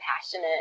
passionate